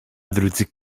drudzy